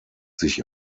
sich